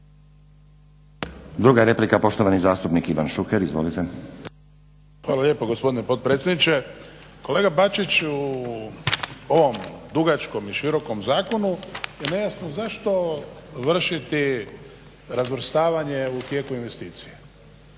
Druga replika poštovani zastupnik Ivan Šuker. Izvolite. **Šuker, Ivan (HDZ)** Hvala lijepo gospodine potpredsjedniče. Kolega Bačić u ovom dugačkom i širokom zakonu je nejasno zašto vršiti razvrstavanje u tijeku investicije,